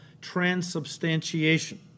transubstantiation